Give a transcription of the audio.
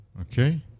Okay